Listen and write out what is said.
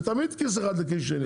זה תמיד כיס אחד לכיס שני.